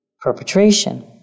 perpetration